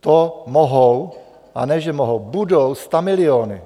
To mohou, a ne že mohou, budou stamiliony.